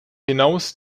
hinaus